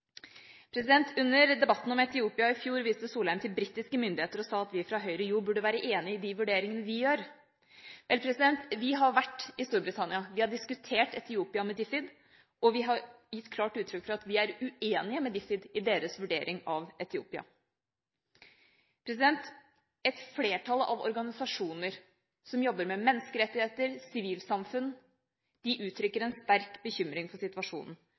Under debatten om Etiopia i fjor viste Solheim til britiske myndigheter og sa at vi fra Høyre burde være enig i de vurderingene de gjør. Vi har vært i Storbritannia, vi har diskutert Etiopia med DFID, og vi har gitt klart uttrykk for at vi er uenige med DFID i deres vurdering av Etiopia. Et flertall av organisasjoner som jobber med menneskerettigheter og sivilsamfunn, uttrykker en sterk bekymring for situasjonen.